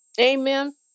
Amen